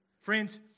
Friends